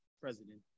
President